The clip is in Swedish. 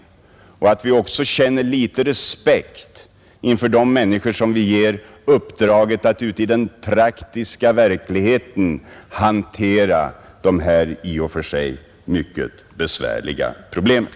Vi bör också känna litet respekt inför de människors insatser som vi ger uppdraget att ute i den praktiska verkligheten hantera de här i och för sig mycket besvärliga problemen.